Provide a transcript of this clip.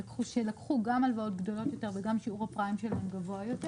לקחו גם הלוואות גדולות יותר וגם שיעור הפריים שלהם גבוה יותר.